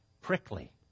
prickly